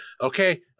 okay